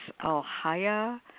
Alhaya